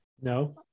No